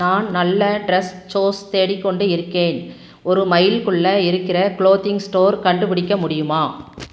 நான் நல்ல dress shoes தேடிக்கொண்டு இருக்கேன் ஒரு மைல்குள்ளே இருக்கிற க்ளோதிங் ஸ்டோர் கண்டுபிடிக்க முடியுமா